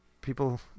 people